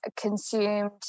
consumed